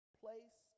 place